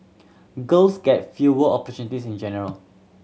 girls get fewer opportunities in general